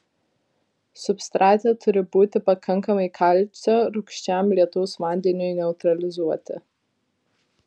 substrate turi būti pakankamai kalcio rūgščiam lietaus vandeniui neutralizuoti